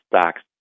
stocks